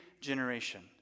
generation